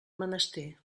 menester